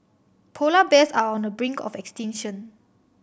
polar bears are on the brink of extinction